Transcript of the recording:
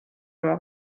oma